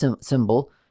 symbol